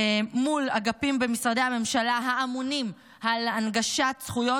מול אגפים במשרדי הממשלה האמונים על הנגשת זכויות,